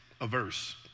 averse